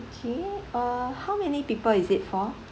okay uh how many people is it for